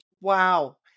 Wow